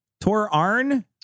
Tor-Arn